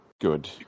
good